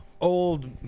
old